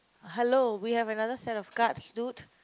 hello we have another set of cards dude